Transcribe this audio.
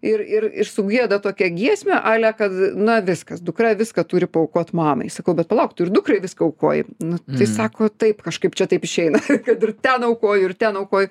ir ir ir sugieda tokią giesmę ale kad na viskas dukra viską turi paaukot mamai sakau kad palauk tu ir dukrai viską aukoji na tai sako taip kažkaip čia taip išeina kad ir ten aukoju ir ten aukoju